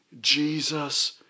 Jesus